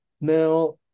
Now